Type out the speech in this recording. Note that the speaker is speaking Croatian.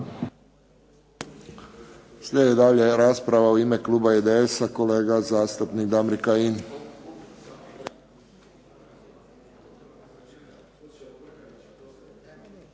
Slijedi dalje rasprava u ime kluba IDS-a, kolega zastupnik Damir Kajin.